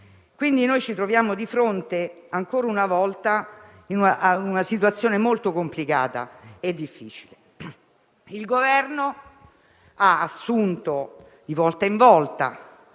troviamo pertanto di fronte, ancora una volta, a una situazione molto complicata e difficile. Il Governo ha assunto, di volta in volta,